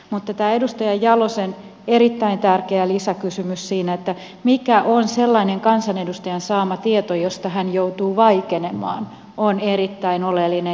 mutta tämä edustaja jalosen erittäin tärkeä lisäkysymys siitä mikä on sellainen kansanedustajan saama tieto josta hän joutuu vaikenemaan on erittäin oleellinen ja oikea